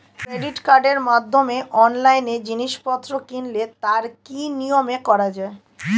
Credit কার্ডের মাধ্যমে অনলাইনে জিনিসপত্র কিনলে তার কি নিয়মে করা যায়?